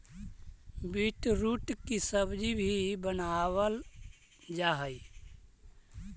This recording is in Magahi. बीटरूट की सब्जी भी बनावाल जा हई